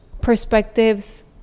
perspectives